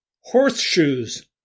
Horseshoes